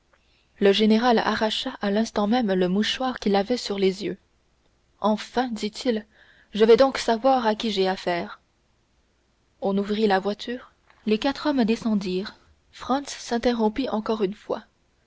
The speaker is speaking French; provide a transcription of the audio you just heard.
le général arracha à l'instant même le mouchoir qu'il avait sur les yeux enfin dit-il je vais donc savoir à qui j'ai affaire on ouvrit la voiture les quatre hommes descendirent franz s'interrompit encore une fois